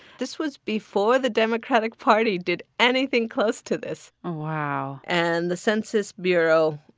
this was before the democratic party did anything close to this wow and the census bureau,